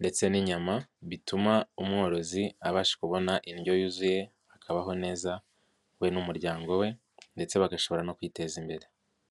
ndetse n'inyama, bituma umworozi abasha kubona indyo yuzuye akabaho neza we n'umuryango we ndetse bagashobora no kwiteza imbere.